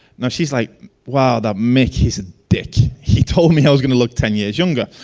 now she's like wow that mickey dick, he told me i was going look ten years younger,